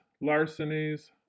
larcenies